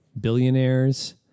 billionaires